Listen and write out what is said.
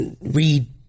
read